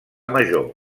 major